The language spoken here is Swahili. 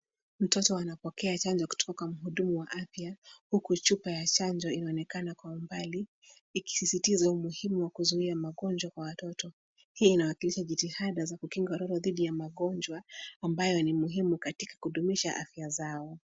Mtoto anapokea chanjo kutoka kwa mhudumu wa afya huku chupa ya chanjo inaonekana kwa umbali, ikisisitiza umuhimu wa kuzuia magonjwa kwa watoto. Pia inawakilisha jitihada za kukinga watoto dhidi ya magonjwa ambayo ni muhimu katika kudumisha afya zao.